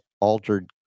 altered